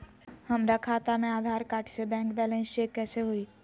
हमरा खाता में आधार कार्ड से बैंक बैलेंस चेक कैसे हुई?